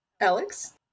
Alex